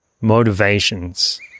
motivations